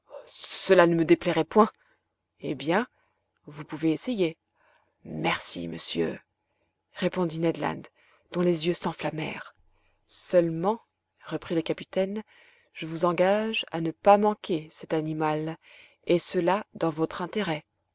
cela ne me déplairait point eh bien vous pouvez essayer merci monsieur répondit ned land dont les yeux s'enflammèrent seulement reprit le capitaine je vous engage à ne pas manquer cet animal et cela dans votre intérêt